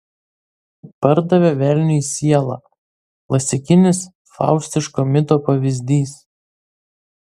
pardavė velniui sielą klasikinis faustiško mito pavyzdys